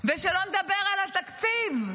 ושלא נדבר על התקציב.